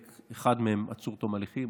אחד מהם עצור עד תום ההליכים,